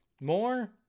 more